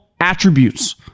attributes